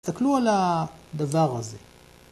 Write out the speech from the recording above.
‫תסתכלו על ה... דבר הזה.